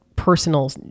personal